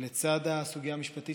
לצד הסוגיה המשפטית,